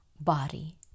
body